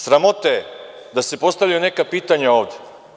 Sramota je da se postavljaju neka pitanja ovde.